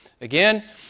Again